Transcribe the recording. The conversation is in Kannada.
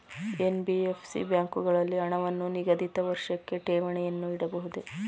ಎನ್.ಬಿ.ಎಫ್.ಸಿ ಬ್ಯಾಂಕುಗಳಲ್ಲಿ ಹಣವನ್ನು ನಿಗದಿತ ವರ್ಷಕ್ಕೆ ಠೇವಣಿಯನ್ನು ಇಡಬಹುದೇ?